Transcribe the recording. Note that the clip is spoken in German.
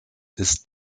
ist